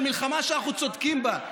על מלחמה שאנחנו צודקים בה,